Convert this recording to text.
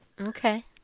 Okay